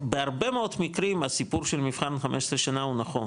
בהרבה מאוד מקרים הסיפור של מבחן 15 שנה הוא נכון,